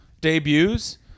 debuts